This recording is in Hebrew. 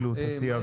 תעשייה אווירית?